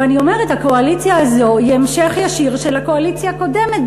ואני אומרת: המליאה הזאת היא המשך ישיר של הקואליציה הקודמת,